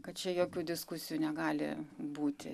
kad čia jokių diskusijų negali būti